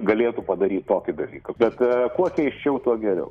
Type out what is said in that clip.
galėtų padaryti tokį dalyką bet kuo keisčiau tuo geriau